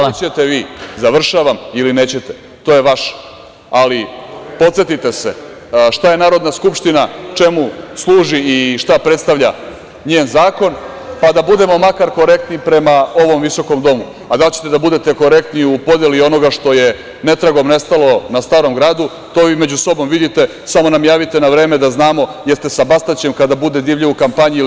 Doći ćete ili neće, to je vaše, ali podsetite se šta je Narodna skupština, čemu služi i šta predstavlja njen zakon, pa da budemo makar korektni prema ovom visokom domu, a da li ćete da budete korektni u podeli onog što je netragom nestalo na Starom Gradu, to vi među sobom vidite, samo nam javite na vreme da znamo jel ste sa Bastaćem, kada bude divljao u kampanji ili